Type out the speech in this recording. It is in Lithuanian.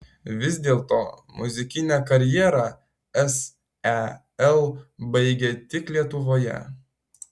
vis dėlto muzikinę karjerą sel baigia tik lietuvoje